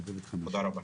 תודה רבה.